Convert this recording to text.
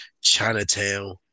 Chinatown